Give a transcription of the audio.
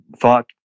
thought